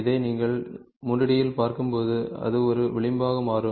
இதை நீங்கள் 3 D இல் பார்க்கும்போது இது ஒரு விளிம்பாக மாறும்